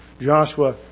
Joshua